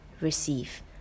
receive